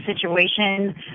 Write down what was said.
situation